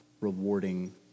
rewarding